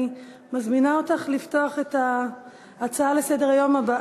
6. אני מזמינה אותך לפתוח את ההצעה הבאה לסדר-היום,